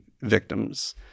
victims